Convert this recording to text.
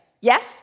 Yes